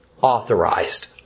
authorized